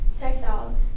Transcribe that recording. textiles